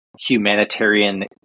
humanitarian